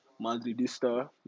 Madridista